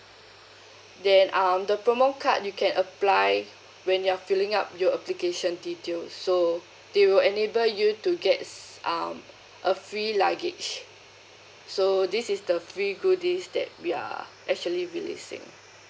then um the promo card you can apply when you're filling up your application details so they will enable you to get um a free luggage so this is the free goodies that we are actually realistic